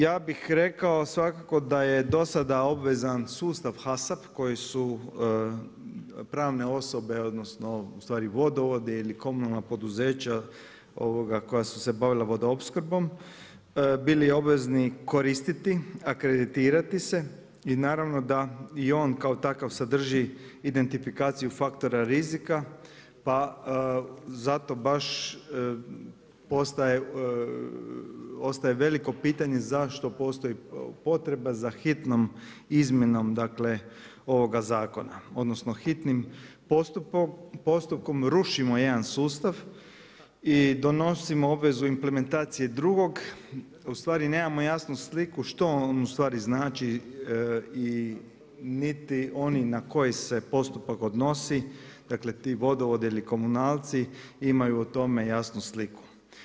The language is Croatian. Ja bih rekao svakako da je do sada obvezan sustav HASAP koji su pravne osobe odnosno ustvari vodovodi ili komunalna poduzeća koja su se bavila vodoopskrbom bili obvezni koristiti, akreditirati se i naravno da i on kao takav sadrži identifikaciju faktora rizika pa zato baš postaje, ostaje veliko pitanje zašto postoji potreba za hitnom izmjenom dakle ovoga zakona, odnosno hitnim postupkom rušimo jedan sustav i donosimo obvezu implementacije drugog, a ustvari nemamo jasnu sliku što on ustvari znači i niti oni na koje se postupak odnosi, dakle ti vodovodi ili komunalci imaju o tome jasnu sliku.